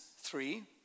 three